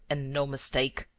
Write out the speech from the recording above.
and no mistake!